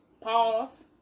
pause